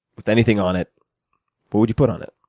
with anything on it, what would you put on it?